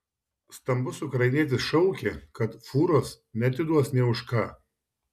stambus ukrainietis šaukė kad fūros neatiduos nė už ką